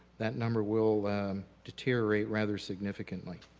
that number will deteriorate rather significantly.